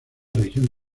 región